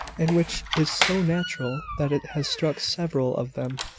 and which is so natural, that it has struck several of them.